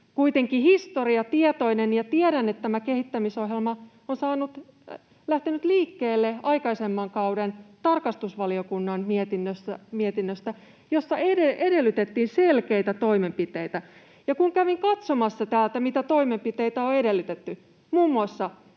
kuitenkin historiatietoinen ja tiedän, että tämä kehittämisohjelma on lähtenyt liikkeelle aikaisemman kauden tarkastusvaliokunnan mietinnöstä, jossa edellytettiin selkeitä toimenpiteitä. Kun kävin katsomassa, mitä toimenpiteitä on edellytetty, siellä